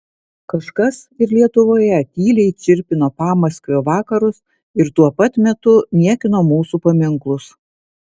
kažkas ir lietuvoje tyliai čirpino pamaskvio vakarus ir tuo pat metu niekino mūsų paminklus